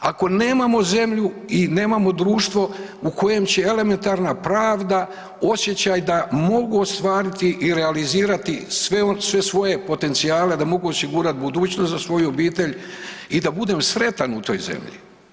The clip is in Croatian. Ako nemamo zemlju i nemamo društvo u kojem će elementarna pravda, osjećaj da mogu ostvariti i realizirati sve ono svoje potencijale, da mogu osigurati budućnost za svoju obitelj i da budem sretan u toj zemlji.